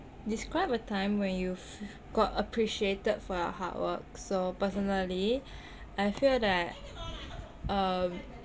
describe a time when you f~ got appreciated for your hard work so personally I feel that um